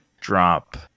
drop